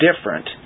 different